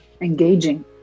engaging